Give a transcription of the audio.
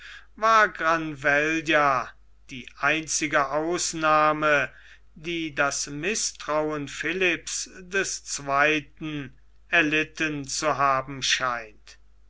war granvella die einzige ausnahme die das mißtrauen philips des zweiten erlitten zu haben scheint